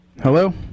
Hello